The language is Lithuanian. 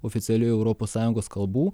oficialių europos sąjungos kalbų